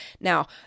Now